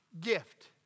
gift